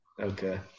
Okay